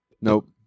Nope